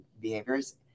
behaviors